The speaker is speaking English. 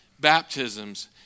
baptisms